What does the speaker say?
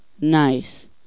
Nice